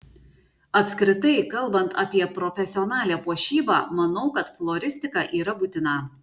apskritai kalbant apie profesionalią puošybą manau kad floristika yra būtina